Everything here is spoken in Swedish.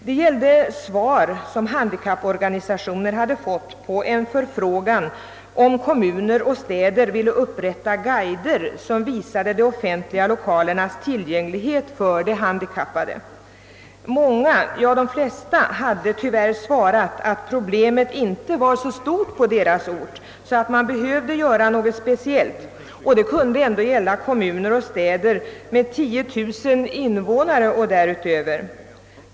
Det gällde svar som vissa handikapporganisationer hade fått på en förfrågan, huruvida städer eller andra kommuner ville upprätta guider som visade de offentliga lokalernas tillgänglighet för de handikappade. Många — ja, de flesta hade tyvärr svarat att problemet inte var så stort på deras ort att något speciellt behövde göras. Detta kunde ändå gälla kommuner och städer med 10 000 invånare eller mer.